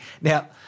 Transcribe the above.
Now